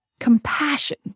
Compassion